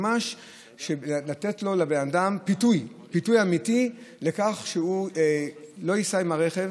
ממש לתת לבן אדם פיתוי אמיתי לכך שהוא לא ייסע עם הרכב